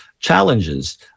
challenges